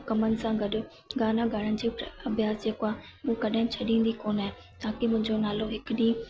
कमनि सां गॾु गाना ॻाइण जी प्र अभ्यास जेको आहे उहो कॾहिं छॾींदी कोन आहियां ताकी मुंहिंजो नालो हिकु ॾींहुं